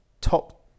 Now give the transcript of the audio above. top